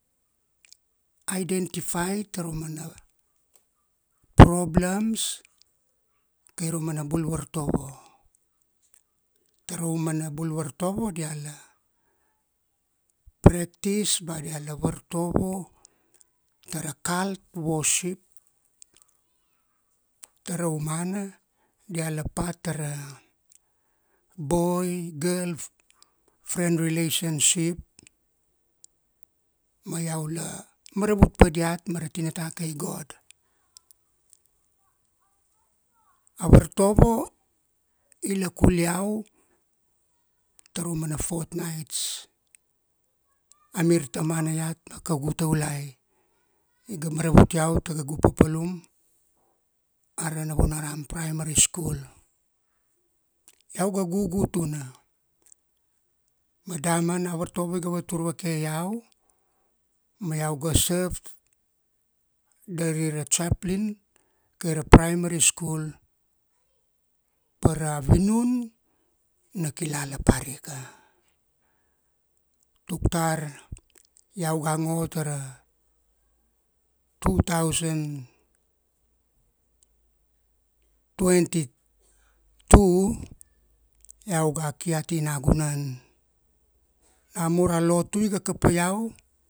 Identify tara mana, problems, kai ra umana bul vartovo. Taraumana bul vartovo diala, practice ba diala vartovo, tara cult worship, taraumana, diala part tara, boy-girl friend relationship, ma iau la maravut pa diat mara tinata kai God. A vartovo, ila kul iau, tara umana fortnights. A mir tamana iat ma kaugu taulai. Iga, maravut iau tara ta kaugu papalum, ara Navunaram Primary School. Iau ga gugu tuna, ma damana a vartovo iga vatur vake iau, ma iau ga serve dari ra Chairplain kai ra primary school, pa ra vinun na kilala parika. Tuk tar iau ga ngo tara, two thousand twenty two, iau ga ki ati nagunan. Namur a lotu iga kapa iau,